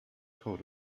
coat